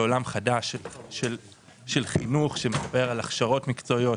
לעולם חדש של חינוך שמדבר על הכשרות מקצועיות,